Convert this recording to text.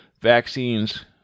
vaccines